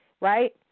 right